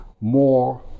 more